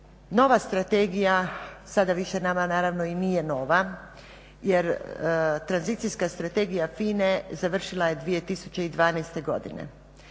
Nova strategija, sada više nama naravno i nije nova jer tranzicijska strategija FINA-e završila je 2012. godine.